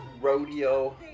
Rodeo